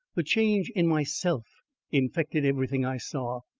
the change in myself infected everything i saw.